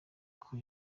uko